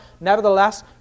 nevertheless